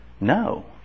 No